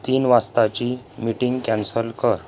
तीन वाजताची meeting cancel कर